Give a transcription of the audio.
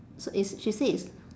so is she said it's